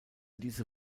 diese